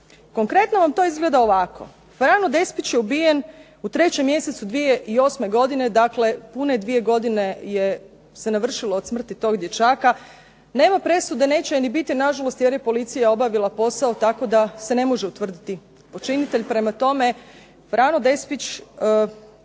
Konkretno vam to izgleda ovako. Frano Despić je ubijen u 3. mjesecu 2008. godine, dakle pune dvije godine se navršilo od smrti tog dječaka. Nema presude, neće je ni biti nažalost jer je policija obavila posao tako da se ne može utvrditi počinitelj. Prema tome, Frano Despić